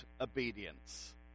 obedience